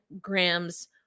grams